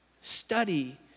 study